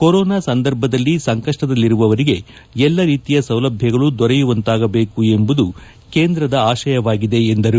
corona ಸಂದರ್ಭದಲ್ಲಿ ಸಂಕಷ್ಟದಲ್ಲಿರುವವರಿಗೆ ಎಲ್ಲಾ ರೀತಿಯ ಸೌಲಭ್ವಗಳು ದೊರೆಯುವಂತಾಗಬೇಕು ಎಂಬುದು ಕೇಂದ್ರ ಆಶಯವಾಗಿದೆ ಎಂದರು